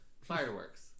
Fireworks